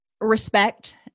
respect